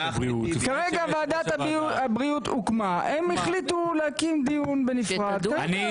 ועדת הבריאות הוקמה, והם החליטו לקיים דיון בנפרד.